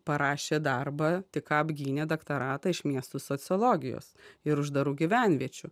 parašė darbą tik ką apgynė daktoratą iš miestų sociologijos ir uždarų gyvenviečių